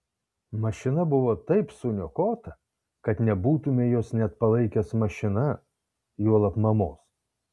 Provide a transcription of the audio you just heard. mašina buvo taip suniokota kad nebūtumei jos net palaikęs mašina juolab mamos